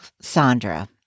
Sandra